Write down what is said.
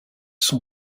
son